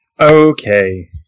Okay